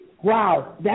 Wow